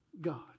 God